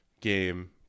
game